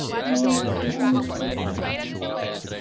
and there was an unlit cigarette behind his ear.